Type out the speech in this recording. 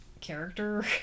character